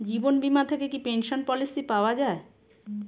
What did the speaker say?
জীবন বীমা থেকে কি পেনশন পলিসি পাওয়া যায়?